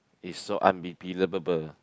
is so unbe~ believable